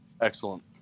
Excellent